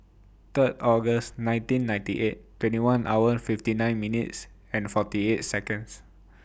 Third August nineteen ninety eight twenty hour fifty nine minutes and forty eight Seconds